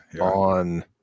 on